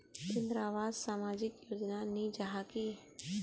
इंदरावास सामाजिक योजना नी जाहा की?